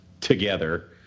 together